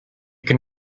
can